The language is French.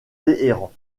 téhéran